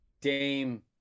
Dame